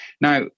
Now